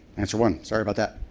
answer one. sorry about that.